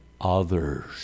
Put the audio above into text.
others